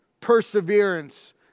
perseverance